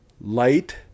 Light